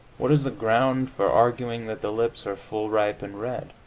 what is the ground for arguing that the lips are full, ripe and red?